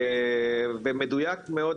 במדויק מאוד,